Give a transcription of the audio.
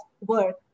work